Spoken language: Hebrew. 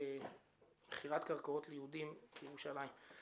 במכירת קרקעות ליהודים בירושלים.